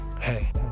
Hey